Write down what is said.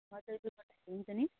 हजार रुपियाँ पठायो भने हुन्छ नि